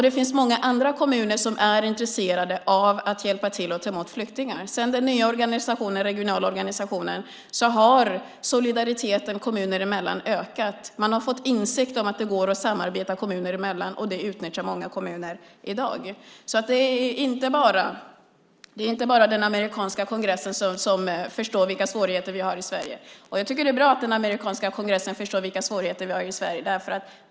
Det finns många andra kommuner som är intresserade av att hjälpa till att ta emot flyktingar. Sedan den nya regionala organisationen infördes har solidariteten kommuner emellan ökat. Man har fått insikt om att det går att samarbeta kommuner emellan, och det utnyttjar många kommuner i dag. Det är inte bara den amerikanska kongressen som förstår vilka svårigheter vi har i Sverige. Jag tycker att det är bra att den amerikanska kongressen förstår vilka svårigheter vi har i Sverige.